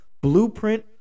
blueprint